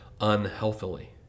unhealthily